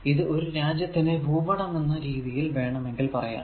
ഇത് ഒരു രാജ്യത്തിൻറെ ഭൂപടം എന്ന രീതിയിൽ വേണ്ടമെങ്കിൽ പറയാം